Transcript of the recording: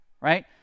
Right